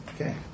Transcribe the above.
Okay